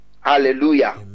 Hallelujah